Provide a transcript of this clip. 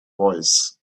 voice